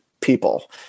people